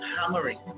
hammering